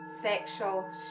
sexual